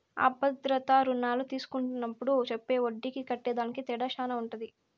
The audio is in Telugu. అ భద్రతా రుణాలు తీస్కున్నప్పుడు చెప్పే ఒడ్డీకి కట్టేదానికి తేడా శాన ఉంటది